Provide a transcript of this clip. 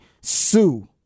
sue